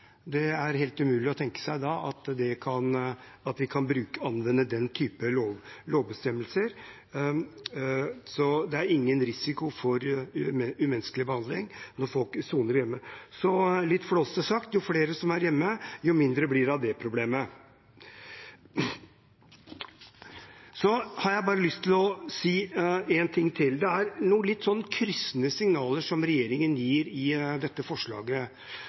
Det er helt umulig å tenke seg at vi kan anvende den typen lovbestemmelser da. Det er ingen risiko for umenneskelig behandling når folk soner hjemme. Litt flåsete sagt: Jo flere som er hjemme, jo mindre blir det av det problemet. Så har jeg bare lyst til å si en ting til. Det er noen litt kryssende signaler som regjeringen gir i dette forslaget.